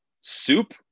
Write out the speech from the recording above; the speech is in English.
soup